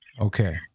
Okay